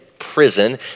prison